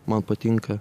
man patinka